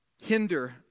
hinder